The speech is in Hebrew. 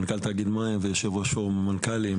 מנכ"ל תאגיד מים ויושב ראש פורום המנכ"לים.